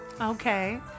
Okay